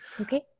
Okay